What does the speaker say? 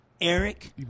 Eric